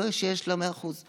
מתברר שיש לה 100% נכות.